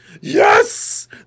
yes